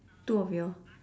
two of you all